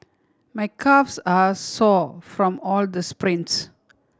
my calves are sore from all the sprints